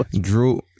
Drew